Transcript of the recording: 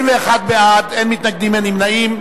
31 בעד, אין מתנגדים, אין נמנעים.